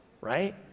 right